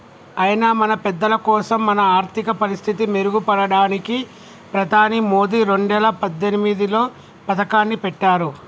అయినా మన పెద్దలకోసం మన ఆర్థిక పరిస్థితి మెరుగుపడడానికి ప్రధాని మోదీ రెండేల పద్దెనిమిదిలో పథకాన్ని పెట్టారు